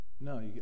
No